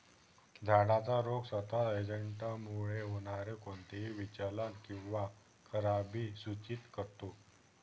झाडाचा रोग सतत एजंटमुळे होणारे कोणतेही विचलन किंवा खराबी सूचित करतो